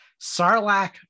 Sarlacc